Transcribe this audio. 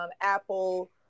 apple